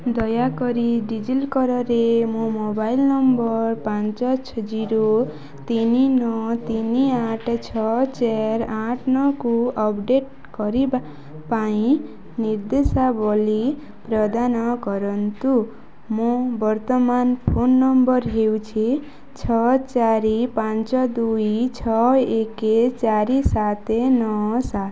ଦୟାକରି ଡି ଜି ଲକରରେ ମୋ ମୋବାଇଲ୍ ନମ୍ବର୍ ପାଞ୍ଚ ଜିରୋ ତିନି ନଅ ତିନି ଆଠ ଛଅ ଚାର ଆଠ ନଅକୁ ଅପଡ଼େଟ୍ କରିବା ପାଇଁ ନିର୍ଦ୍ଦେଶାବଳି ପ୍ରଦାନ କରନ୍ତୁ ମୋ ବର୍ତ୍ତମାନ ଫୋନ୍ ନମ୍ବର୍ ହେଉଛି ଛଅ ଚାରି ପାଞ୍ଚ ଦୁଇ ଛଅ ଏକ ଚାରି ସାତ ନଅ ସାତ